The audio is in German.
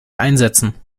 einsetzen